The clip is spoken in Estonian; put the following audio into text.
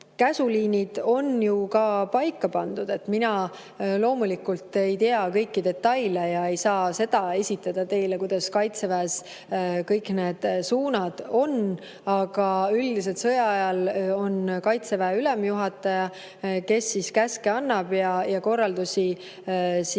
Käsuliinid on ju ka paika pandud. Mina loomulikult ei tea kõiki detaile ja ei saa esitada teile seda, kuidas Kaitseväes kõik need suunad on, aga üldiselt sõja ajal on Kaitseväe ülemjuhataja, kes annab käske ja korraldusi kõikidele,